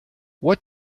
what